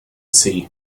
sea